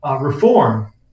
reform